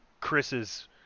Chris's